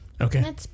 Okay